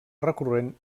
recurrent